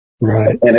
Right